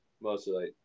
mostly